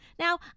Now